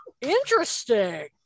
interesting